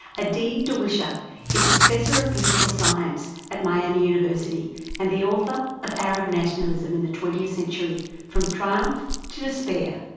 adeed dawisha is professor of political science at miami university and the author of arab nationalism in the twentieth century from triumph to despair.